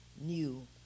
new